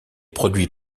produit